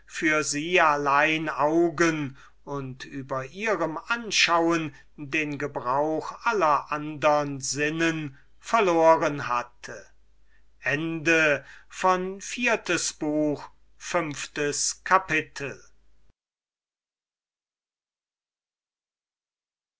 für sie allein augen und über ihrem anschauen den gebrauch aller andern sinnen verloren hatte fünftes kapitel